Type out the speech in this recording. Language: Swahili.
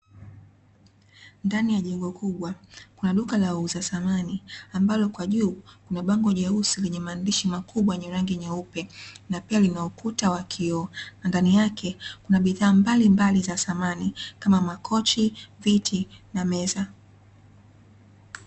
Ndani ya jengo kubwa, kuna duka la wauza samani ambalo kwa juu kuna bango jeusi lenye maandishi makubwa yenye rangi nyeupe, na pia lina ukuta wa kioo, na ndani yake kuna bidhaa mbalimbali za samani, kama; makochi, viti na meza.